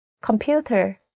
Computer